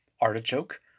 artichoke